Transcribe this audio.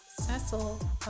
Cecil